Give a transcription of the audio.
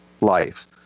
life